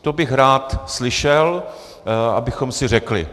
To bych rád slyšel, abychom si řekli.